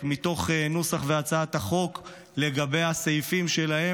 מתוך נוסח של הצעת החוק לגבי הסעיפים שלה.